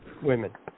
women